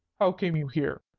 how came you here?